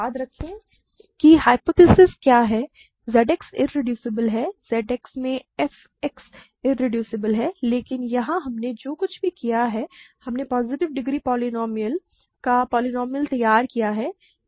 याद रखें कि ह्य्पोथेसिस क्या है f X इरेड्यूसबल है Z X में f X इरेड्यूसबल है लेकिन यहां हमने जो कुछ भी किया है हमने पॉजिटिव डिग्री का पोलीनोमिअल तैयार किया है